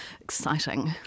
exciting